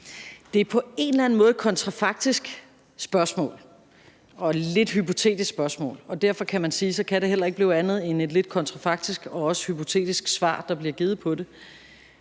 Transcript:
Det er på en eller anden måde et kontrafaktisk spørgsmål og et lidt hypotetisk spørgsmål. Derfor kan man sige, at det ikke kan blive andet end et lidt kontrafaktisk og også hypotetisk svar, der bliver givet på det.